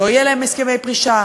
לא יהיו להם הסכמי פרישה?